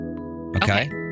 Okay